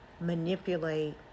manipulate